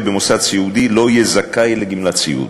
במוסד סיעודי לא יהיה זכאי לגמלת סיעוד.